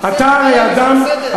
אתה הרי אדם,